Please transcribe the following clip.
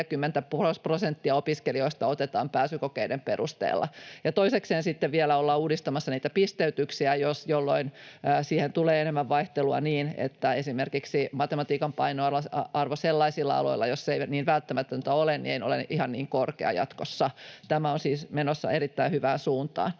opiskelijoista otetaan pääsykokeiden perusteella. Ja toisekseen sitten vielä ollaan uudistamassa niitä pisteytyksiä, jolloin siihen tulee enemmän vaihtelua niin, että esimerkiksi matematiikan painoarvo sellaisilla aloilla, joilla se ei ole niin välttämätöntä, ei ole ihan niin korkea jatkossa. Tämä on siis menossa erittäin hyvään suuntaan.